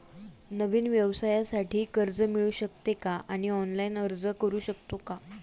नवीन व्यवसायासाठी कर्ज मिळू शकते का आणि ऑनलाइन अर्ज करू शकतो का?